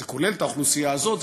זה כולל את האוכלוסייה הזאת,